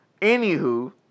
Anywho